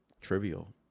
trivial